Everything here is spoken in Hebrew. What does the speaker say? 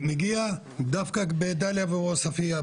מגיע דווקא בדאליה ובעוספיה,